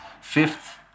fifth